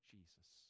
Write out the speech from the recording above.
Jesus